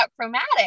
chromatic